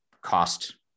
cost